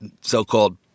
so-called